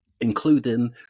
including